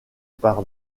par